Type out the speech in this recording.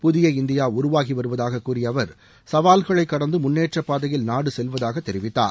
புதிய இந்தியா உருவாகி வருவதாக கூறிய அவர் சவால்களை கடந்து முன்னேற்றப்பாதையில் நாடு செல்வதாக தெரிவித்தார்